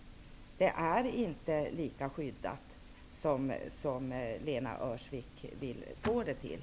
Uppgifterna är inte lika väl skyddade som Lena Öhrsvik vill få det till.